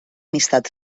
amistat